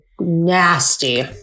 nasty